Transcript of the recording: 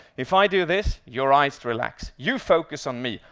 if i do this, your eyes relax. you focus on me.